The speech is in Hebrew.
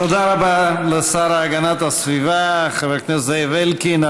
תודה רבה לשר להגנת הסביבה חבר הכנסת זאב אלקין,